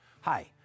Hi